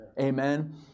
Amen